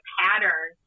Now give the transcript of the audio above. pattern